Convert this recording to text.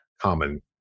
common